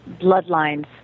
bloodlines